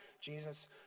Jesus